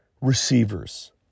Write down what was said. receivers